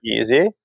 easy